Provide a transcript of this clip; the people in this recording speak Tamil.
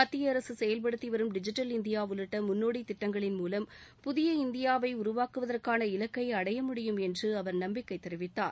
மத்திய அரசு செயல்படுத்தி வரும் டிஜிட்டல் இந்தியா உள்ளிட்ட முன்னோடித் திட்டங்களின் மூலம் புதிய இந்தியாவை உருவாக்குவதற்கான இலக்கை அடைய முடியும் என்று அவர் நம்பிக்கை தெரிவித்தார்